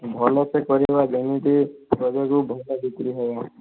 ଭଲ ସେ କରିବା ଯେମିତି ରଜ କୁ ଭଲ ବିକ୍ରି ହେବ